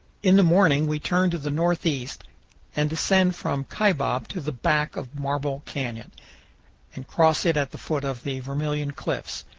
in the morning we turn to the northeast and descend from kaibab to the back of marble canyon and cross it at the foot of the vermilion cliffs,